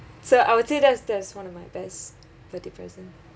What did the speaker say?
so I'll say that's that's one of my best birthday present